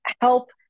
help